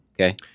Okay